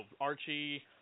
Archie